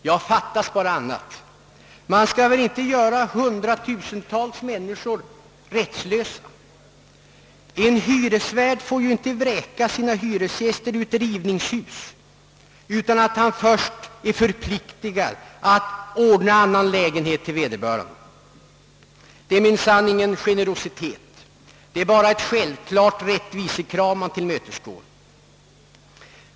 Ja, det fattas bara annat! Man skall väl inte göra hundratusentals människor rättslösa. En hyresvärd får inte vräka sina hyresgäster från ett rivningshus utan att först ha skaffat dem annan lägenhet. Det är minsann ingen generositet; det är bara ett självklart rättvisekrav man tillmötesgår.